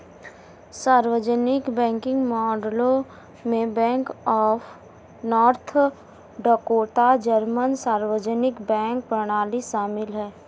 सार्वजनिक बैंकिंग मॉडलों में bank of North Dakota German सार्वजनिक बैंक प्रणाली शामिल है